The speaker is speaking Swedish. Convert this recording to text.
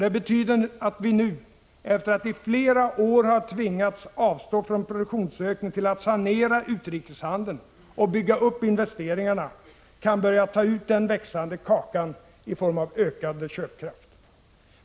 Det betyder att vi nu, efter att i flera år ha tvingats avstå produktionsökningen för att sanera utrikeshandeln och bygga upp investeringarna, kan börja ta ut den växande kakan i form av ökad köpkraft.